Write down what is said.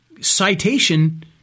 citation